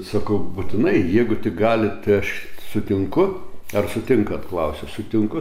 sakau būtinai jeigu tik galit tai aš sutinku ar sutinkat klausia sutinku